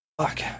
Fuck